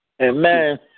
Amen